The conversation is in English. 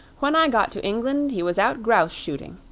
when i got to england, he was out grouse shooting.